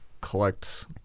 collect